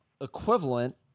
equivalent